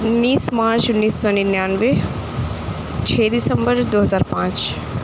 اُنیس مارچ انیس سو ننانوے چھ دسمبر دو ہزار پانچ